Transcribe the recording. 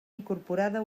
incorporada